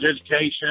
education